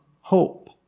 hope